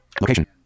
Location